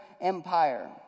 empire